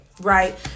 right